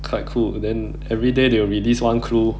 quite cool then everyday they will released one clue